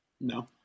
No